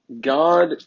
God